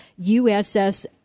USS